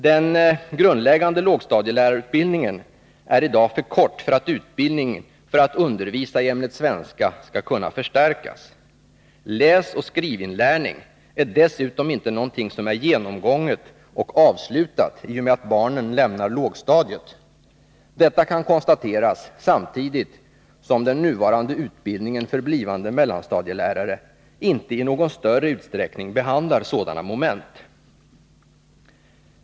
Den grundläggande lågstadielärarutbildningen är i dag för kort för att utbildningen för att undervisa i ämnet svenska skall kunna förstärkas. Läsoch skrivinlärning är dessutom inte någonting som är genomgånget och avslutat i och med att barnen lämnar lågstadiet. Detta kan konstateras samtidigt som den nuvarande utbildningen för blivande mellanstadielärare inte i någon större utsträckning behandlar sådana moment.